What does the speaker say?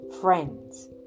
friends